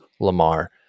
Lamar